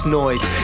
noise